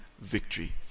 victory